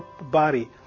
body